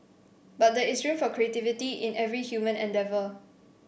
but there is room for creativity in every human endeavour